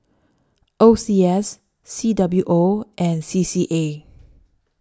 O C S C W O and C C A